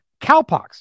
Cowpox